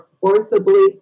forcibly